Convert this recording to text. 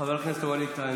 חבר הכנסת ווליד טאהא,